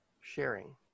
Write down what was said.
sharing